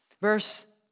Verse